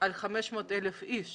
על 500,000 אנשים